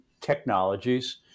technologies